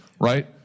right